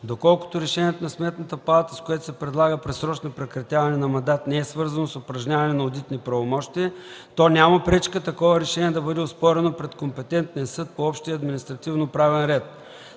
Доколкото решението на Сметната палата, с което се предлага предсрочно прекратяване на мандат не е свързано с упражняване на одитни правомощия, то няма пречка такова решение да бъде оспорено пред компетентния съд по общия административноправен ред.